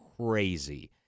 crazy